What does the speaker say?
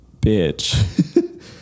Bitch